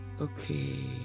Okay